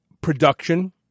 production